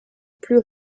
plus